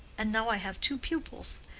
and now i have two pupils,